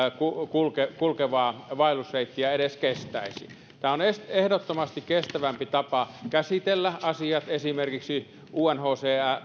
kulkevaa kulkevaa vaellusreittiä edes kestäisi on ehdottomasti kestävämpi tapa käsitellä asiat esimerkiksi unhcrn